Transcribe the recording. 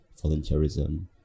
volunteerism